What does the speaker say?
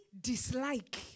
dislike